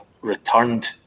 returned